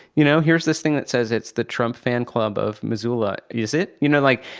you know here's this thing that says it's the trump fan club of missoula. is it? you know, like,